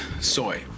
Soy